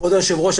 כבוד היושב-ראש,